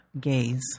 gaze